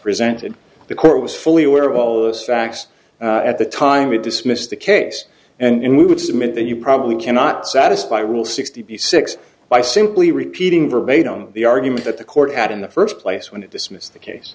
presented the court was fully aware of all those facts at the time we dismissed the case and we would submit that you probably cannot satisfy rule sixty six by simply repeating verbatim the argument that the court had in the first place when it dismissed the case